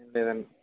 లేదండీ